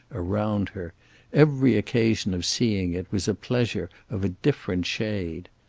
around her every occasion of seeing it was a pleasure of a different shade.